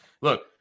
look